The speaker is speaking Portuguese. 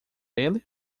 ele